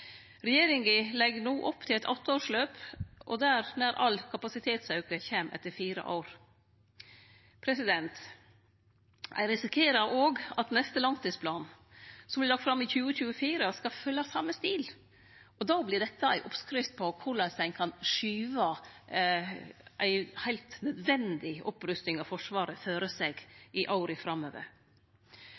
Regjeringa legg no opp til eit åtteårsløp, der nær all kapasitetsauke kjem etter fire år. Ein risikerer òg at neste langtidsplan, som vert lagd fram i 2024, skal fylgje same stil, og då vert dette ei oppskrift på korleis ein kan skyve ei heilt nødvendig opprusting av Forsvaret føre seg i åra framover.